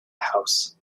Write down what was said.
house